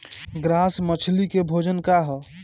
Grass मछली के भोजन का ह?